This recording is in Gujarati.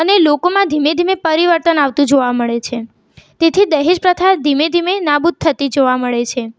અને લોકોમાં ધીમે ધીમે પરિવર્તન આવતું જોવા મળે છે તેથી દહેજ પ્રથા ધીમે ધીમે નાબુદ થતી જોવા મળે છે